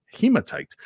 hematite